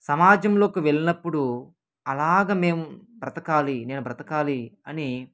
సమాజంలోకి వెళ్ళినప్పుడు అలాగ మేము బ్రతకాలి నేను బ్రతకాలి అని